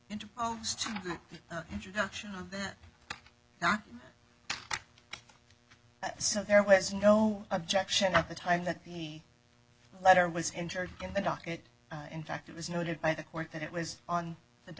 interposed to the introduction of that not so there was no objection at the time that the letter was injured in the docket in fact it was noted by the court that it was on the